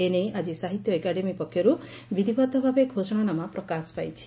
ଏନେଇ ଆଜି ସାହିତ୍ୟ ଏକାଡେମୀ ପକ୍ଷରୁ ବିଧିବଦ୍ଧଭାବେ ଘୋଷଣାନାମା ପ୍ରକାଶ ପାଇଛି